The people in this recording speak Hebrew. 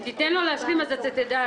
אם תיתן לו להשלים, אתה תדע.